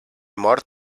mort